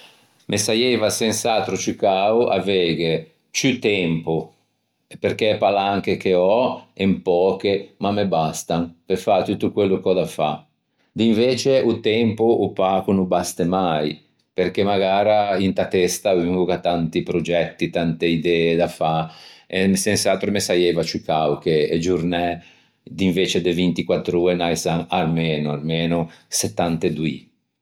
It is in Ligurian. Me saieiva sens'atro ciù cao aveighe ciù tempo perché e palanche che ò en poche ma me bastan pe fâ tutto quello ch'ò da fâ. D'invece o tempo o pâ ch'o no baste mai perché magara inta testa un o gh'à tanti progetti e tante idee da fâ e sens'atro me saieiva ciù cao che e giornæ d'invece che vintiquattr'ôe n'aisan armeno armeno settantedoî.